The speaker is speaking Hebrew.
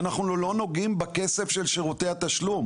אנחנו לא נוגעים בכסף של שירותי התשלום.